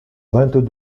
vingt